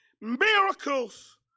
Miracles